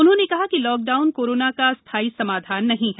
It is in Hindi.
उन्होंने कहा कि लॉक डाउन कोरोना का स्थाई समाधान नहीं है